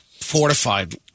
fortified